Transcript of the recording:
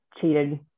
cheated